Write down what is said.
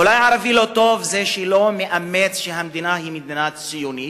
אולי ערבי לא טוב זה ערבי שלא מאמץ את זה שהמדינה היא מדינה ציונית?